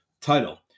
title